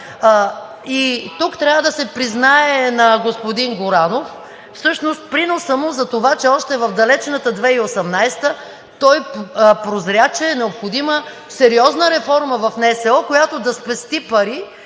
И тук трябва да се признае на господин Горанов всъщност приносът му за това, че още в далечната 2018 г. той прозря, че е необходима сериозна реформа в НСО, която да спести пари